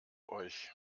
euch